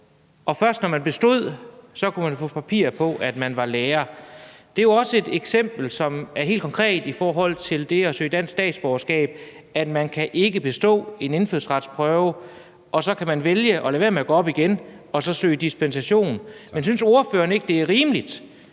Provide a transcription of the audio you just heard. og først når man bestod, kunne man få papir på, at man var lærer. Det er jo også et eksempel, som er helt konkret i forhold til det at søge dansk statsborgerskab, for består man ikke en indfødsretsprøve, kan man vælge at lade være med at gå op igen og så søge dispensation. Synes ordføreren ikke, det er rimeligt,